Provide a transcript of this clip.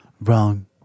wrong